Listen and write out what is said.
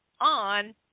on